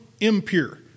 impure